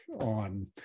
on